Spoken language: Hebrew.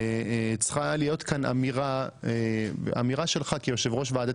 צריכה להיות כאן אמירה שלך כיושב-ראש ועדת